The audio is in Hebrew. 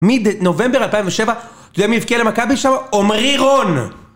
מנובמבר 2007, אתה יודע מי הבקיע למכבי שם? עומרי רון!